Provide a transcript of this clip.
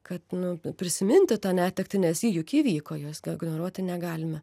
kad nu prisiminti tą netektį nes ji juk įvyko juos ignoruoti negalime